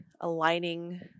aligning